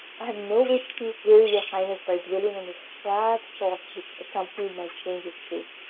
i have no wish to weary your highness by dwelling on the sad thoughts which accompanied my change of shape,